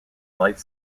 blyth